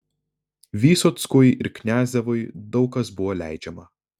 vysockui ir kniazevui daug kas buvo leidžiama